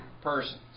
persons